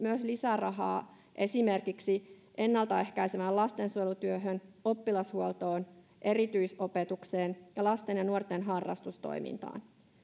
lisärahaa myös esimerkiksi ennalta ehkäisevään lastensuojelutyöhön oppilashuoltoon erityisopetukseen ja lasten ja nuorten harrastustoimintaan